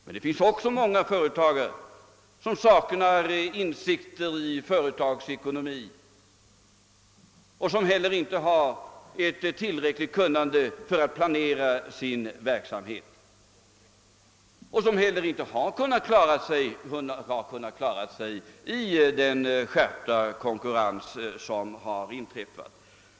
Men det finns också många företagare som saknar insikter i företagsekonomi och som inte har förmåga att planera sin verksamhet och de har inte heller kunnat klara sig i den skärpta konkurrens som har uppstått.